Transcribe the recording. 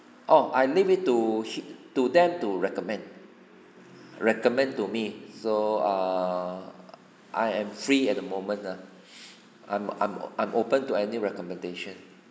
oh I leave it to he to them to recommend recommend to me so err I am free at the moment lah I'm I'm I'm open to any recommendation